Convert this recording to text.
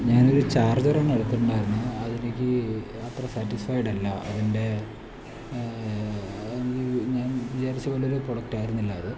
ഞാനൊരു ചാർജറൊന്ന് എടുത്തിട്ടുണ്ടായിരുന്നു അതെനിക്ക് അത്ര സ്റ്റാറ്റിസ്ഫൈഡ് അല്ലാ എൻ്റെ ഞാൻ വിചാരിച്ച പോലെ ഒരു പ്രൊഡക്റ്റായിരുന്നില്ല അത്